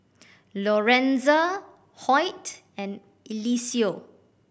Lorenza Hoyt and Eliseo